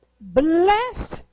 blessed